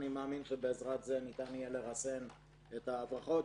אני מאמין שבעזרת זה ניתן יהיה לרסן את ההברחות,